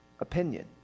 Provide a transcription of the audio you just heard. opinion